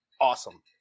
awesome